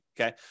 Okay